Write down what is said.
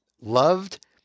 Loved